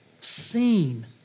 seen